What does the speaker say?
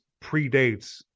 predates